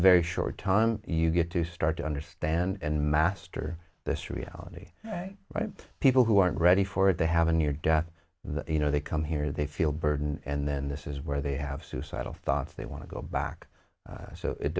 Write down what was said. very short time you get to start to understand and master this reality right people who aren't ready for it they have a near death that you know they come here they feel burdened and then this is where they have suicidal thoughts they want to go back so it